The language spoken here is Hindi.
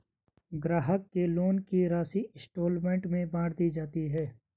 ग्राहक के लोन की राशि इंस्टॉल्मेंट में बाँट दी जाती है